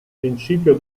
principio